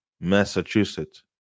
Massachusetts